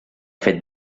fet